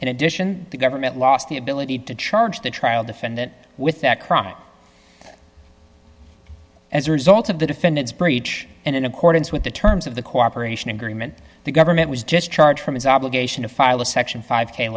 in addition the government lost the ability to charge the trial defendant with that crime as a result of the defendant's breach and in accordance with the terms of the cooperation agreement the government was just charge from his obligation to file a section five k